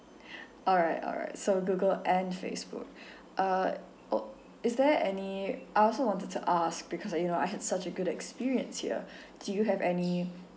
alright alright so Google and Facebook uh al~ is there any I also wanted to ask because I you know I had such a good experience here do you have any